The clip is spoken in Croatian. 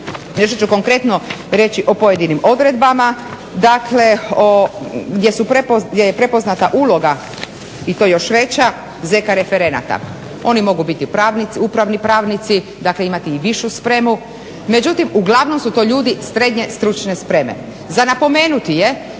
nešto ću konkretno reći o pojedinim odredbama. Dakle o, gdje je prepoznata uloga i to još veća ZK referenata. Oni mogu biti upravni pravnici, dakle imati i višu spremu, međutim, uglavnom su to ljudi srednje stručne spreme. Za napomenuti je